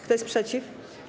Kto jest przeciw?